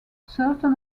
certain